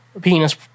penis